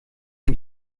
ich